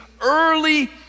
early